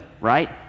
right